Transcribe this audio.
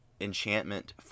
enchantment